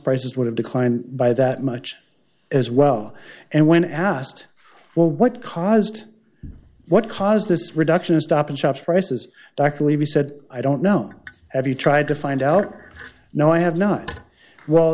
prices would have declined by that much as well and when asked well what caused what caused this reduction in stop and shop prices dr levy said i don't know have you tried to find out no i have not well